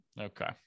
Okay